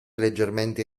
leggermente